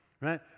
right